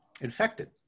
infected